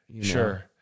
sure